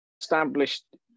established